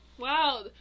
Wow